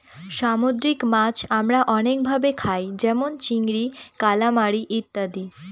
সামুদ্রিক মাছ আমরা অনেক ভাবে খায় যেমন চিংড়ি, কালামারী ইত্যাদি